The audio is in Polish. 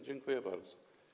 Dziękuję bardzo.